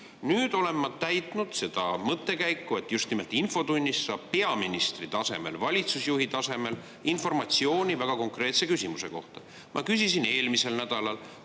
Nüüd olen ma [järginud] seda mõttekäiku, et just nimelt infotunnis saab peaministrilt, valitsusjuhilt informatsiooni väga konkreetse küsimuse kohta. Ma küsisin eelmisel nädalal,